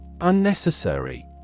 Unnecessary